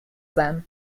them